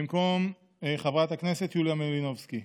במקום חברת הכנסת יוליה מלינובסקי,